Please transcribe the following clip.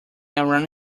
around